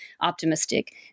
optimistic